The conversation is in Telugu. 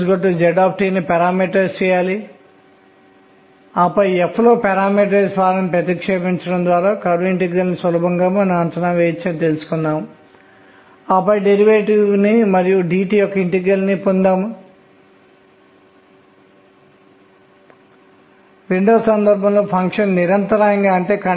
ఈ విషయాలన్నీ మీరు చూడవచ్చు కొన్నిసార్లు మనం కోణీయ ద్రవ్యవేగం ను వివరిస్తున్నప్పుడు మనం k అని అకస్మాత్తుగా ప్రయోగాత్మక సాక్ష్యంతో చెబుతున్నాము k ఉండకూడదు కానీ k 1 ఉండాలి